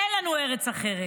אין לנו ארץ אחרת,